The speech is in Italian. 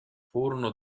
furono